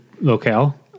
locale